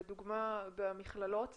לדוגמה במכללות,